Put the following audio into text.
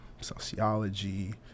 sociology